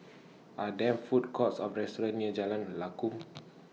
Are There Food Courts Or restaurants near Jalan Lakum